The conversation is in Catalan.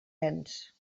ens